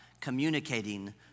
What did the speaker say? communicating